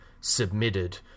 submitted